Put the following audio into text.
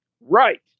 Right